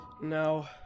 No